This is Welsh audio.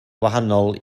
wahanol